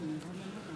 אוהד, לא מתאים לך.